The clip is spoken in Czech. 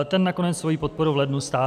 Ten nakonec svoji podporu v lednu stáhl.